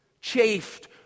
chafed